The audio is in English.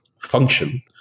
function